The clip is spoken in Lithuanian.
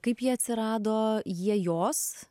kaip jie atsirado jie jos